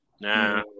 Nah